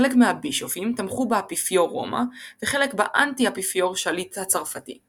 חלק מהבישופים תמכו באפיפיור רומא וחלק באנטי-אפיפיור שליט הצרפתי.